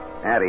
Addie